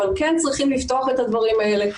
אבל כן צריכים לפתוח את הדברים האלה,